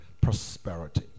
prosperity